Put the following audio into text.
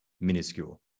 minuscule